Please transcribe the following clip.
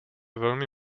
velmi